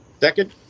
second